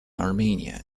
armenia